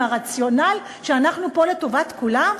עם הרציונל שאנחנו פה לטובת כולם?